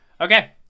Okay